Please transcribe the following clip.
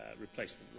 replacement